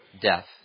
death